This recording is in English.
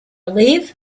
leave